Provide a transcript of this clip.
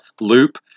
loop